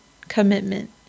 Commitment